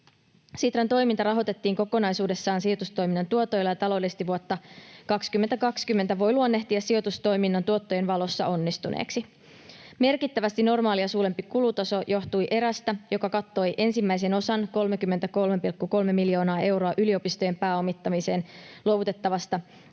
Sitran toiminta rahoitettiin kokonaisuudessaan sijoitustoiminnan tuotoilla, ja taloudellisesti vuotta 2020 voi luonnehtia sijoitustoiminnan tuottojen valossa onnistuneeksi. Merkittävästi normaalia suurempi kulutaso johtui erästä, joka kattoi ensimmäisen osan, 33,3 mil-joonaa euroa, yliopistojen pääomittamiseen luovutettavasta yhteensä